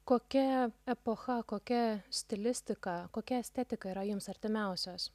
kokia epocha kokia stilistika kokia estetika yra jums artimiausios